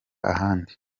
ahandi